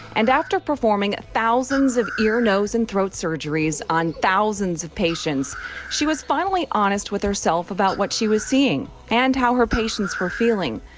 and after performing thousands of ear nose and throat surgeries on thousands of patients she was finally honest with herself about what she was seeing and how her patients were feeling.